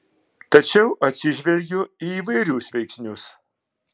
tačiau atsižvelgiu į įvairius veiksnius